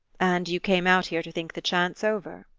and you came out here to think the chance over?